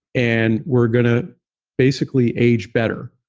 and we're going to basically age better.